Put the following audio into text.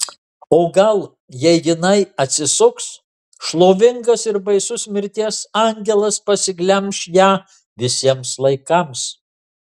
o gal jei jinai atsisuks šlovingas ir baisus mirties angelas pasiglemš ją visiems laikams